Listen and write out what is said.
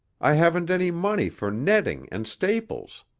i haven't any money for netting and staples.